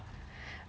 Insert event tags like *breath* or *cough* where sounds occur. *breath*